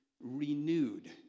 Renewed